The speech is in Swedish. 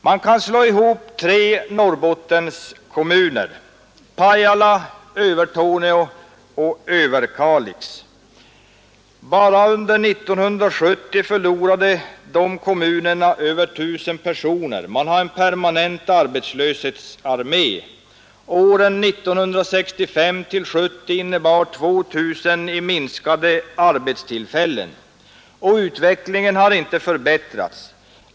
Man kan slå ihop tre Norrbottenskommuner: Pajala, Övertorneå och Överkalix. Bara under 1970 förlorade de kommunerna över 1 000 pansion i Norrbotten och andra regioner med sysselsättningssvårigheter personer; man har en permanent arbetslöshetsarmé. Åren 1965—1970 innebar en minskning med 2 000 arbetstillfällen, och utvecklingen har inte förbättrats.